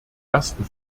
ersten